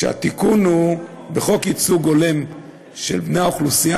התיקון הוא: בחוק ייצוג הולם של בני האוכלוסייה